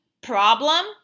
problem